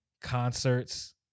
concerts